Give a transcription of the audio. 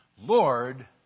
Lord